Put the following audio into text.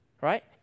Right